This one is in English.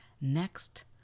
Next